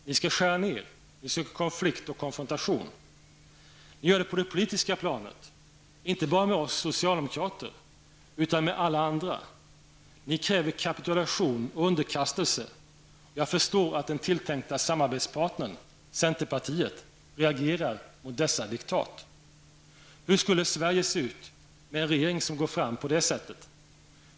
Ni skall skära ned, ni söker konflikt och konfrontation. Ni gör det på det politiska planet, inte bara med oss socialdemokrater, utan med alla andra. Ni kräver kapitulation och underkastelse. Jag förstår att den tilltänkta samarbetspartnern, centerpartiet, reagerar mot dessa diktat. Hur skulle Sverige se ut med en regering som går fram på det sättet?